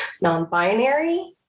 non-binary